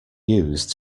used